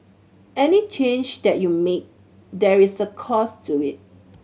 any change that you make there is a cost to it